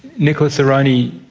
nicholas aroney,